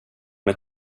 med